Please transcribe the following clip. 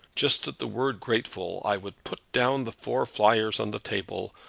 just at the word grateful, i would put down the four fivers on the table,